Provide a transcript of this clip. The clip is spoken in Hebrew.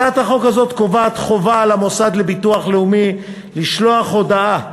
הצעת החוק הזאת קובעת חובה על המוסד לביטוח לאומי לשלוח הודעה